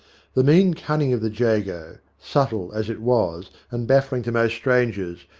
the mean cunning of the jago, subtle as it was, and baffling to most strangers,